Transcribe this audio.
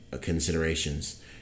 considerations